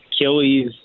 Achilles